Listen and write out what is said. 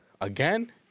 again